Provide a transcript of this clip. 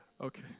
Okay